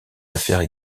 affaires